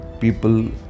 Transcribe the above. people